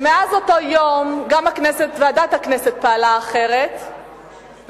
ומאז אותו יום גם ועדת הכנסת פעלה אחרת וגם